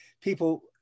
people